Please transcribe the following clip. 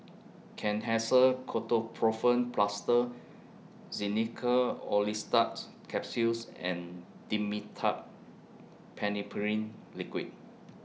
Kenhancer Ketoprofen Plaster Xenical Orlistat's Capsules and Dimetapp Phenylephrine Liquid